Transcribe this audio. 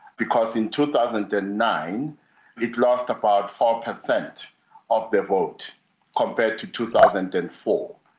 because in two thousand and nine it lost about four percent of the vote compared to two thousand and four.